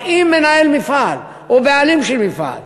אבל אם מנהל מפעל או בעלים של מפעל